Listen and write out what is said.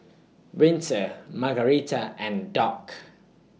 Winter Margarita and Dock